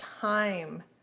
time